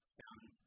found